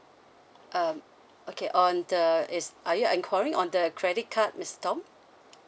um okay on the it's are you enquiring on the credit card miss tom